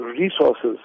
resources